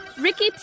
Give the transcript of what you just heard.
Ricky